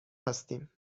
هستیم